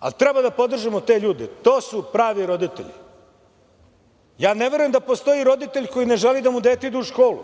ali treba da podržimo te ljude, to su pravi roditelji. Ja ne verujem da postoji roditelj koji ne želi da mu dete ide u školu.